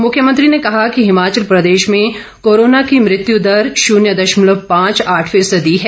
मुख्यमंत्री ने कहा कि हिमाचल प्रदेश में कोरोना की मृत्यु दर शून्य दशमलव पांच आठ फीसदी है